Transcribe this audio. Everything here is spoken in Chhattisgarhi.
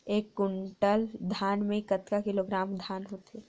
एक कुंटल धान में कतका किलोग्राम धान होथे?